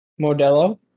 Modelo